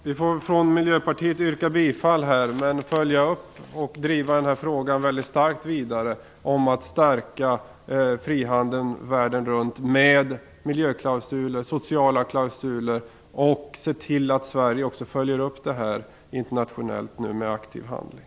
Vi i Miljöpartiet yrkar bifall till utskottets hemställan, men vi vill följa upp och mycket starkt driva frågan vidare för att stärka frihandeln världen runt, med miljöklausuler och sociala klausuler, och se till att Sverige nu också följer upp detta internationellt med aktiv handling.